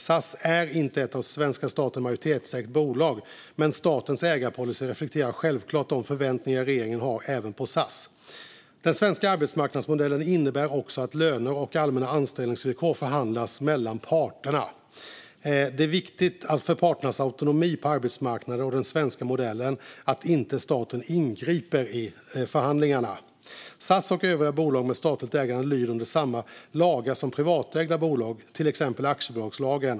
SAS är inte ett av svenska staten majoritetsägt bolag, men statens ägarpolicy reflekterar självklart de förväntningar regeringen har även på SAS. Den svenska arbetsmarknadsmodellen innebär också att löner och allmänna anställningsvillkor förhandlas mellan parterna. Det är viktigt för parternas autonomi på arbetsmarknaden och den svenska modellen att staten inte ingriper i förhandlingarna. SAS och övriga bolag med statligt ägande lyder under samma lagar som privatägda bolag, till exempel aktiebolagslagen .